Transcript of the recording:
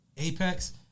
Apex